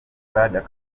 certified